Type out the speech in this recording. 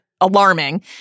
alarming